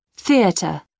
Theatre